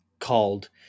called